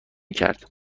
کرد